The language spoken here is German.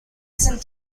sind